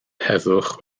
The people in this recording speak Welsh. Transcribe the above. heddwch